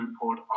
report